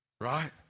right